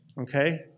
okay